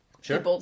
Sure